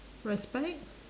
respect